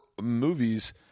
movies